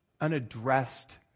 unaddressed